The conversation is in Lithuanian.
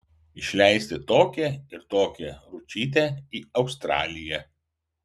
išleisti tokią ir tokią ručytę į australiją